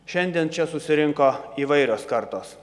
šiandien čia susirinko įvairios kartos